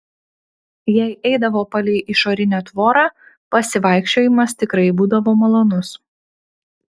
jei eidavo palei išorinę tvorą pasivaikščiojimas tikrai būdavo malonus